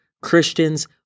Christians